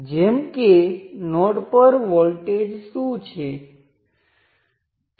અને હું જાણું છું કે આ વિશેની ચર્ચા આપણે પહેલાથી જ કરી છે કે સર્કિટ જે પણ હોય હું તેની સાથે કનેક્ટ કરું છું